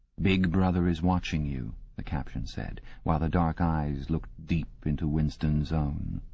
big brother is watching you, the caption said, while the dark eyes looked deep into winston's own.